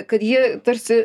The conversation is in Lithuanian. kad jie tarsi